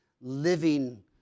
living